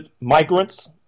migrants